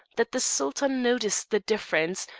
that the sultan noticed the difference,